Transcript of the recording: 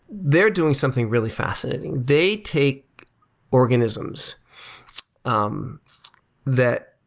they're doing something really fascinating. they take organisms um that